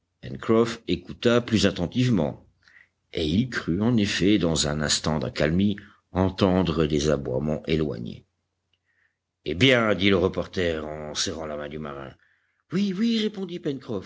écouta plus attentivement et il crut en effet dans un instant d'accalmie entendre des aboiements éloignés eh bien dit le reporter en serrant la main du marin oui oui répondit